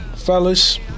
Fellas